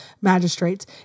magistrates